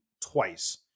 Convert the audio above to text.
twice